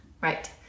Right